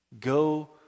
go